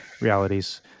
realities